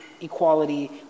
equality